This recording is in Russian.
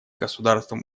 государствам